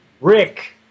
Rick